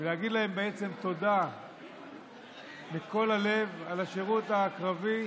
להגיד להם תודה מכל הלב על השירות הקרבי,